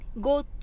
go